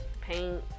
paint